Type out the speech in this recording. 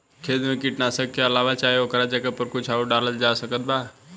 खेत मे कीटनाशक के अलावे चाहे ओकरा जगह पर कुछ आउर डालल जा सकत बा?